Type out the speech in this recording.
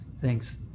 Thanks